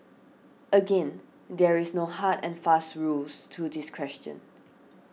again there is no hard and fast rules to this question